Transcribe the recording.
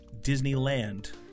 Disneyland